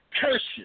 curses